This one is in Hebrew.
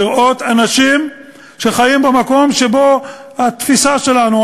לראות אנשים שחיים במקום שבו התפיסה שלנו,